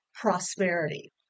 prosperity